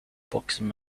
boxing